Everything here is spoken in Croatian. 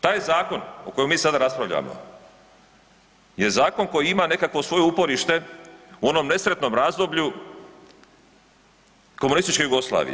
Taj zakon o kojem mi sada raspravljamo je zakon koji ima nekakvo svoje uporište u onom nesretnom razdoblju komunističke Jugoslavije.